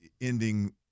ending